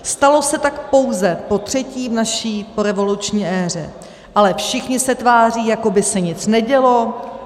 Stalo se tak pouze potřetí v naší porevoluční éře, ale všichni se tváří, jako by se nic nedělo.